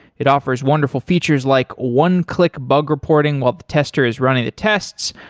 it offers wonderful features like one-click bug reporting while the tester is running the tests,